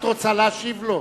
את רוצה להשיב לו?